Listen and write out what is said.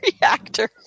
reactor